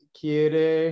quiere